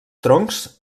troncs